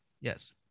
Yes